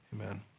amen